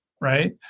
right